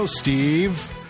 Steve